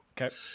Okay